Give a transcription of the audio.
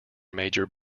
major